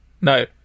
No